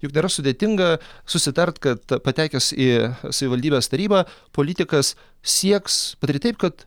juk nėra sudėtinga susitart kad patekęs į savivaldybės tarybą politikas sieks padaryti taip kad